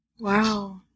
Wow